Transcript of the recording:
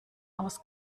aus